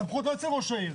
הסמכות לא אצל ראש העיר,